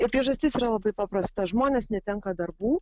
ir priežastis yra labai paprasta žmonės netenka darbų